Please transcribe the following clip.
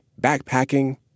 backpacking